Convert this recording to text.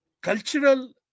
cultural